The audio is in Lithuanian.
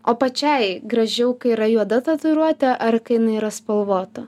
o pačiai gražiau kai yra juoda tatuiruotė ar kai jinai yra spalvota